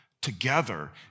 together